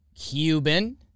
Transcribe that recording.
Cuban